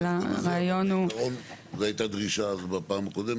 אבל הרעיון הוא --- זו הייתה דרישה אז,